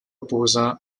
opposants